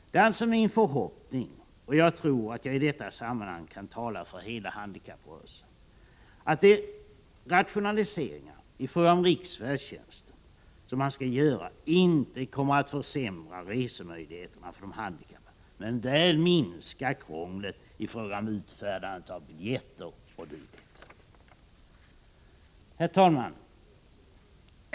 Det är alltså min förhoppning -— jag tror att jag i detta sammanhang kan tala för hela handikapprörelsen — att de rationaliseringar i fråga om riksfärdtjänsten som skall göras inte kommer att försämra resemöjligheterna för de handikappade, men väl minska krånglet i fråga om utfärdandet av biljetter o.d. Herr talman!